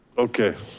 okay,